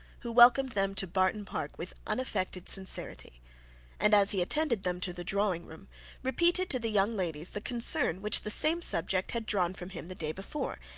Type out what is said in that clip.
who welcomed them to barton park with unaffected sincerity and as he attended them to the drawing room repeated to the young ladies the concern which the same subject had drawn from him the day before,